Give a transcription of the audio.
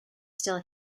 still